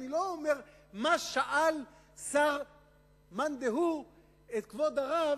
אני לא אומר מה שאל שר מאן דהוא את כבוד הרב,